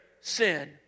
sin